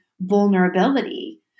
vulnerability